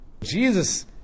Jesus